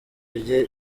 rye